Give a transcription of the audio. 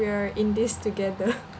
we are in this together